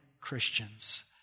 Christians